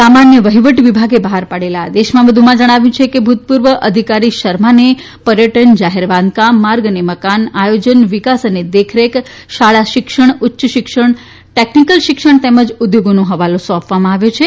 સામાન્ય વહીવટ વિભાગે બહાર પાડેલા આદેશમાં વધુમાં જણાવ્યું છે કે ભુતપુર્વ અધિકારી શર્માને પર્યટન જાહેર બાંધકામ માર્ગ અને મકાન આયોજન વિકાસ અને દેખરેખ શાળા શિક્ષણ ઉચ્ચ શિક્ષણ ટેકનીકલ શિક્ષણ તેમજ ઉદ્યોગોનો ફવાલો સોંપવામાં આવ્યો છે